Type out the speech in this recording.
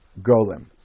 golem